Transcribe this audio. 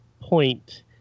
point